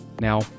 now